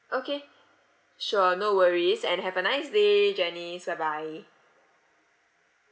okay sure no worries and have a nice day janice bye bye